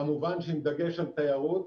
כמובן שעם דגש על תיירות,